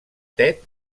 tet